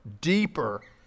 deeper